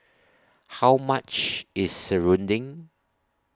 How much IS Serunding